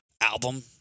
album